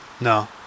No